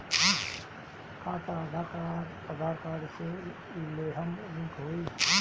खाता आधार कार्ड से लेहम लिंक होई?